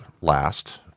last